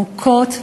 מוכות,